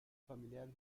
familiar